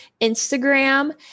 Instagram